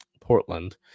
Portland